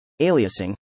aliasing